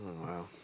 wow